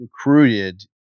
recruited